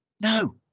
no